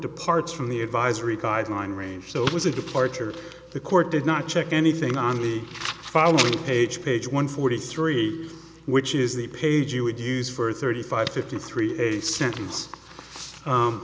departs from the advisory guideline range so it was a departure the court did not check anything on the following page page one forty three which is the page you would use for thirty five fifty three a sentence